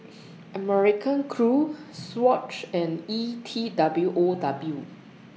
American Crew Swatch and E T W O W